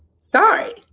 sorry